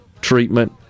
treatment